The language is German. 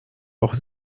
auch